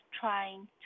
trying